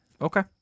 Okay